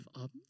up